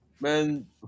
man